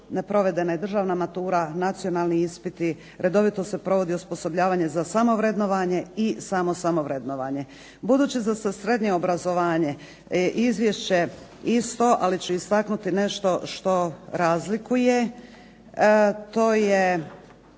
neprovedena i državna matura, nacionalni ispiti, redovito se provodi osposobljavanje za samo vrednovanje i samo vrednovanje. Budući da za srednje obrazovanje izvješće isto ali ću istaknuti nešto što razlikuje. To je